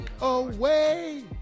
away